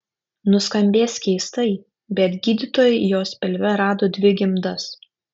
nuskambės keistai bet gydytojai jos pilve rado dvi gimdas